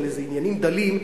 על איזה עניינים דלים,